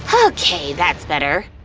okay, that's better.